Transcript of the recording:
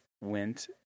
went